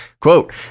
Quote